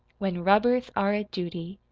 when rubbers are a duty.